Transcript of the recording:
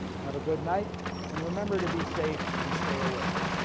have a good night and remember to be safe and stay aware.